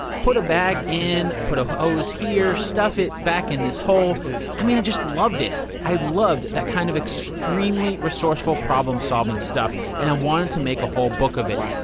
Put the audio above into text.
put a bag in, put a hose here, stuff it back in this hole i mean i just loved it. i loved that kind of extremely resourceful problem solving stuff, and i wanted to make a whole book of it.